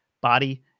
body